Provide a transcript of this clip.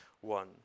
one